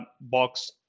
box